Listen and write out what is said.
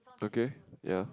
okay ya